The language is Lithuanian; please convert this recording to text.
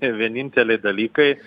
vieninteliai dalykai